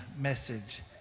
message